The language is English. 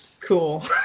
cool